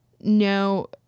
no